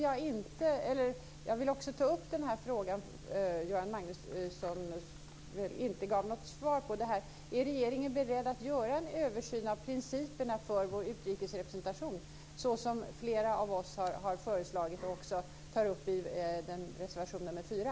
Jag vill också ta upp en fråga som Göran Magnusson inte gav något svar på: Är regeringen beredd att göra en översyn av principerna för vår utrikesrepresentation såsom flera av oss har föreslagit och också tar upp i reservation nr 4?